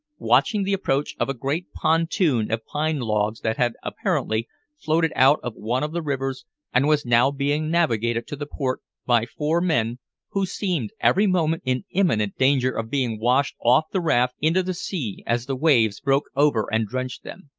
watching the approach of a great pontoon of pine logs that had apparently floated out of one of the rivers and was now being navigated to the port by four men who seemed every moment in imminent danger of being washed off the raft into the sea as the waves broke over and drenched them.